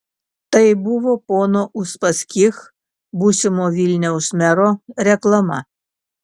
tai buvo pono uspaskich būsimo vilniaus mero reklama